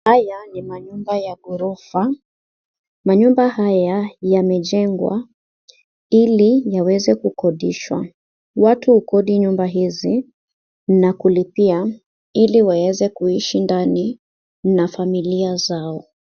Haya ni manyumba ya ghorofa. Manyumba haya yamejengwa ili yaweze kukodishwa. Watu hukodi nyumba hizi na kulipia ili waweze kuishi ndani na familia zao.